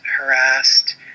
harassed